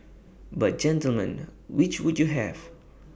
but gentlemen which would you have